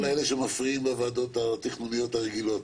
כל אלה שמפריעים לוועדות התכנוניות הרגילות,